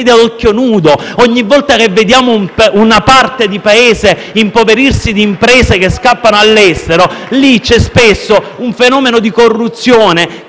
dal Gruppo M5S)*: ogni volta che vediamo una parte di Paese impoverirsi di imprese che scappano all'estero lì c'è spesso un fenomeno di corruzione